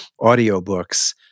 audiobooks